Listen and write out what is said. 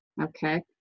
okay